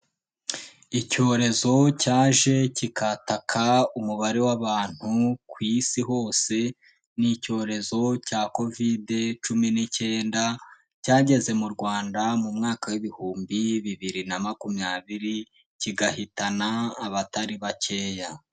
Icyorezo cyaje kikataka umubare w'abantu ku Isi hose, ni icyorezo cya Kovide cumi n'icyenda, cyageze mu Rwanda mu mwaka w'ibihumbi bibiri na makumyabiri, kigahitana abatari bakeya.